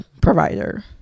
provider